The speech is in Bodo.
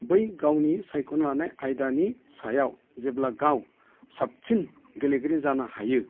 बै गावनि सायखना लानाय आयदानि सायाव जेब्ला गाव साबसिन गेलेगिरि जानो हायो